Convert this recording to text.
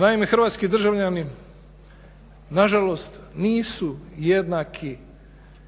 Naime, hrvatski državljani nažalost nisu jednaki